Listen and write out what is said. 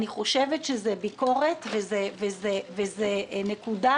זו ביקורת וזו נקודה